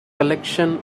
collection